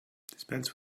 dispense